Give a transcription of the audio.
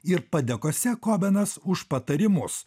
ir padėkose kobenas už patarimus